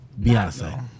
Beyonce